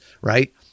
right